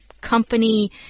company